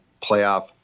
playoff